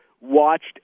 watched